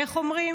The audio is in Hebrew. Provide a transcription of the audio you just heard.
איך אומרים?